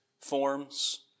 forms